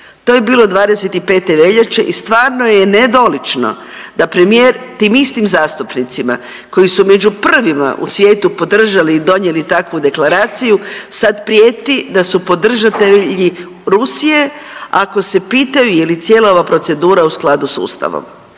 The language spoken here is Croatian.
To je bilo 25. veljače i stvarno je nedolično da premijer tim istim zastupnicima koji su među prvima u svijetu podržali i donijeli takvu deklaraciju sad prijeti da su podržatelji Rusije ako se pitaju je li cijela ova procedura u skladu s Ustavom.